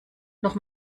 noch